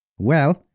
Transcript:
well,